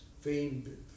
famed